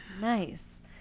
nice